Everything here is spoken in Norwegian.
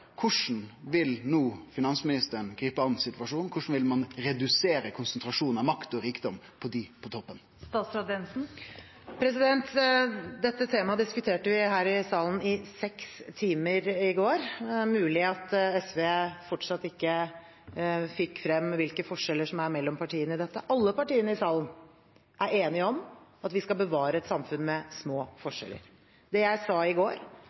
vil no finansministeren gripe an situasjonen? Korleis vil ein redusere konsentrasjonen av makt og rikdom blant dei på toppen? Dette temaet diskuterte vi her i salen i seks timer i går. Det er mulig at SV fortsatt ikke fikk frem hvilke forskjeller som er mellom partiene her. Alle partiene i salen er enige om at vi skal bevare et samfunn med små forskjeller. Det jeg sa i går,